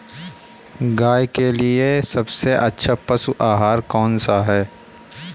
गाय के लिए सबसे अच्छा पशु आहार कौन सा है?